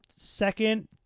Second